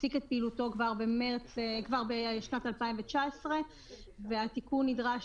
הפסיק את פעילותו כבר בשנת 2019. התיקון נדרש